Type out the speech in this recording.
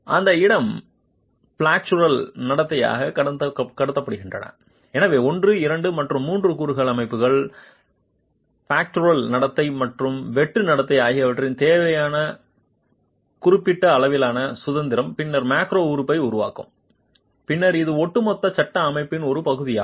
அந்த இடங்கள் ஃப்ளெக்ஸுரல் நடத்தையை கட்டுப்படுத்துகின்றன எனவே 1 2 மற்றும் 3 கூறுகளின் அமைப்புகள் ஃப்ளெக்ஸுரல் நடத்தை மற்றும் வெட்டு நடத்தை ஆகியவற்றிற்கு தேவையான குறிப்பிட்ட அளவிலான சுதந்திரம் பின்னர் மேக்ரோ உறுப்பை உருவாக்கும் பின்னர் இது ஒட்டுமொத்த சட்ட அமைப்பின் ஒரு பகுதியாகும்